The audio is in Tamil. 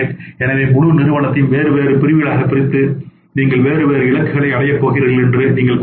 எனவே முழு நிறுவனத்தையும் வேறு பிரிவுகளாகப் பிரித்து நீங்கள் வெவ்வேறு இலக்குகளை அடையப் போகிறீர்கள் என்று நீங்கள் கூறலாம்